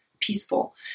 peaceful